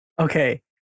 Okay